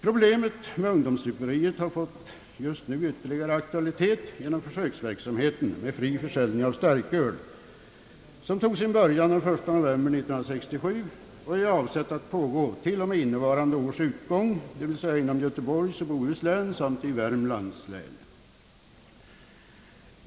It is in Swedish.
Problemet med ungdomssuperiet bar just nu fått ytterligare aktualitet genom försöksverksamheten med fri försäljning av starköl som tog sin början den 1 november 1967 och är avsedd att pågå t.o.m. innevarande års utgång inom Göteborgs och Bohus län samt i Värmlands län.